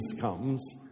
comes